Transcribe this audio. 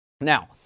Now